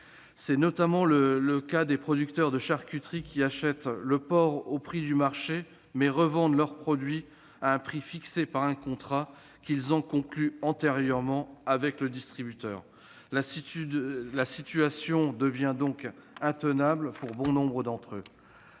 C'est notamment le cas des producteurs de charcuterie qui achètent le porc au prix du marché, mais revendent leurs produits à un prix fixé par un contrat qu'ils ont conclu antérieurement avec le distributeur. La situation devient ainsi intenable pour bon nombre d'entre eux.